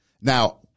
now